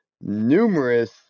numerous